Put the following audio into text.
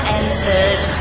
entered